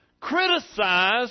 criticize